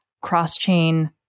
cross-chain